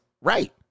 right